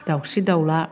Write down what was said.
दाउस्रि दाउला